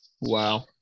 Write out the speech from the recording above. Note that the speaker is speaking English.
Wow